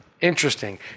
Interesting